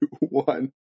one